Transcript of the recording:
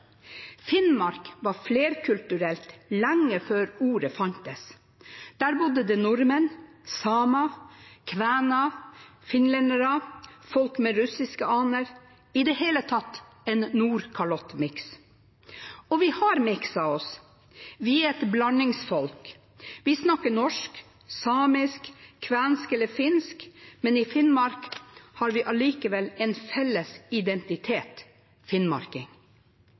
Finnmark var flerkulturelt lenge før ordet fantes. Der bodde det nordmenn, samer, kvener, finlendere, folk med russiske aner – i det hele tatt en nordkalottmiks. Og vi har mikset oss. Vi er et blandingsfolk. Vi snakker norsk, samisk, kvensk eller finsk, men i Finnmark har vi allikevel en felles identitet: finnmarking.